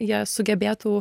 jie sugebėtų